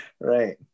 right